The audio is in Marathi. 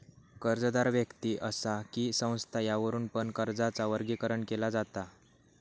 कर्जदार व्यक्ति असा कि संस्था यावरुन पण कर्जाचा वर्गीकरण केला जाता